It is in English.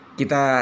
kita